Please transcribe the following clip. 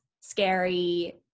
scary